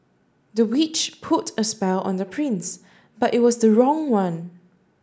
the witch put a spell on the prince but it was the wrong one